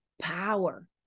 power